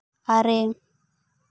ᱟᱨᱮ